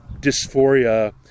dysphoria